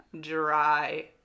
dry